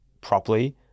properly